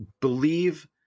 believe